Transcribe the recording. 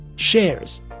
shares